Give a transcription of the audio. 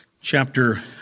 chapter